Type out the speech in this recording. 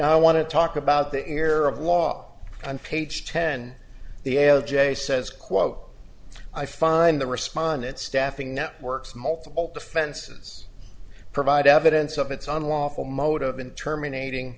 i want to talk about the error of law on page ten the l j says quote i find the respondent staffing networks multiple offenses provide evidence of its unlawful motive in terminating